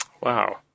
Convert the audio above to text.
Wow